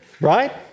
right